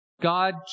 God